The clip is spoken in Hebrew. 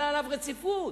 הרי חלה עליו רציפות.